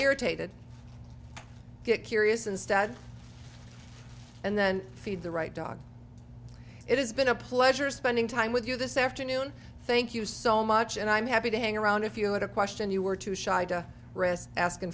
irritated get curious instead and then feed the right dog it has been a pleasure spending time with you this afternoon thank you so much and i'm happy to hang around if you had a question you were too shy to risk askin